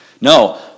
No